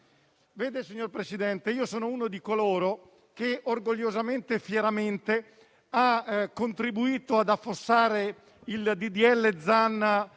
Signor Presidente, io sono uno di coloro che orgogliosamente e fieramente ha contribuito ad affossare il disegno